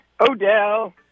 Odell